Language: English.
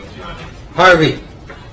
Harvey